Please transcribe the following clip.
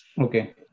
Okay